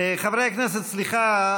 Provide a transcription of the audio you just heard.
חברי הכנסת, סליחה.